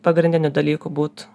pagrindinių dalykų būtų